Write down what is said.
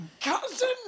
Cousin